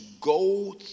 go